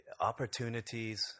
opportunities